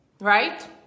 right